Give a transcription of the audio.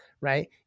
right